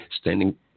Standing